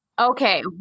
Okay